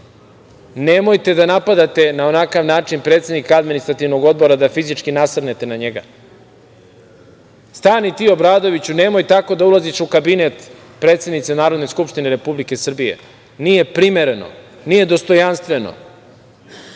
Nemojte da napadate na onakav način predsednika Administrativnog odbora, da fizički nasrnete na njega. Stani, ti Obradoviću, nemoj tako da ulaziš u Kabinet predsednice Narodne skupštine Republike Srbije, nije primereno, nije dostojanstveno“.